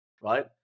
right